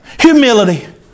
Humility